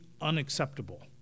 unacceptable